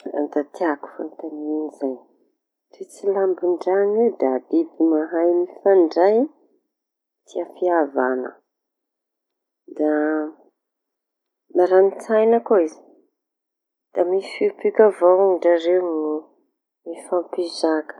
ha da tiako fañontaniana zay! Satria lambon-drano io da biby mahay mifandray tia fihavana, da maranitsaiña koa izy. Da mifiopioky avao drareo no mifampizaka.